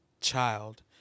child